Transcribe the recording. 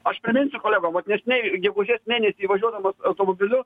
aš priminsiu kolegom vat neseniai gegužės mėnesį važiuodamas automobiliu